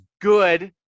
good